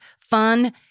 fun